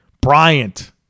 Bryant